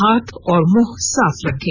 हाथ और मुंह साफ रखें